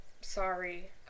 Sorry